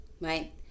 right